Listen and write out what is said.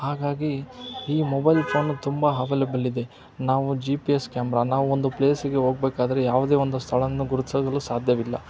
ಹಾಗಾಗಿ ಈ mobile phone ತುಂಬ ಹವೇಲೆಬಲ್ ಇದೆ ನಾವು ಜಿ ಪಿ ಎಸ್ ಕ್ಯಾಮ್ರಾ ನಾವು ಒಂದು ಪ್ಲೇಸಿಗೆ ಹೋಗಬೇಕಾದ್ರೆ ಯಾವುದೇ ಒಂದು ಸ್ಥಳವನ್ನು ಗುರುತಿಸಲು ಸಾಧ್ಯವಿಲ್ಲ